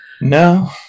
No